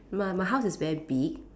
my my house is very big